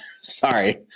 Sorry